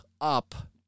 up